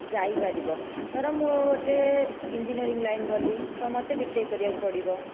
ଯାଇପାରିବ ଧର ମୁଁ ଗୋଟିଏ ଇଞ୍ଜନିୟରିଂ ଲାଇନ ଗଲି ତ ମୋତେ ବିଟେକ କରିବାକୁ ପଡ଼ିବ